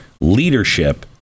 leadership